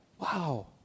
Wow